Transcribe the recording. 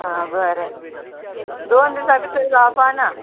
आं बरें दोन दिसां बितर जावपा ना